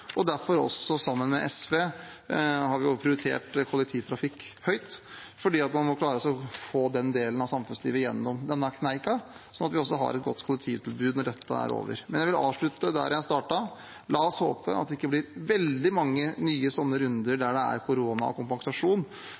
Derfor har vi også sammen med SV prioritert kollektivtrafikk høyt, fordi man må klare å få den delen av samfunnslivet gjennom denne kneika, slik at vi også har et godt kollektivtilbud når dette er over. Jeg vil avslutte der jeg startet: La oss håpe at det ikke blir veldig mange nye runder med koronakompensasjon, men mer normalitet, og at det er